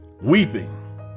Weeping